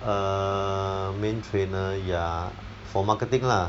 err main trainer ya for marketing lah